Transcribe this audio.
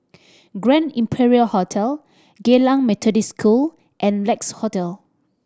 Grand Imperial Hotel Geylang Methodist School and Lex Hotel